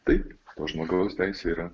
taip to žmogaus teisė yra